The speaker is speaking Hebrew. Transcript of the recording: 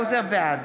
בעד